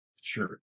Sure